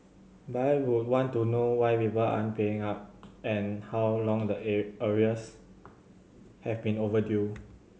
but I would want to know why people aren't paying up and how long the arrears have been overdue